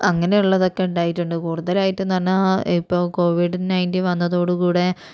അങ്ങനെ ഉള്ളതൊക്കെ ണ്ടായിട്ടുണ്ട് കൂടുതലായിട്ട്ന്ന് പറഞ്ഞാൽ ഇപ്പോൾ കോവിഡ് നയന്റീൻ വന്നതോട് കൂടെ